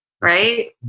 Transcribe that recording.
Right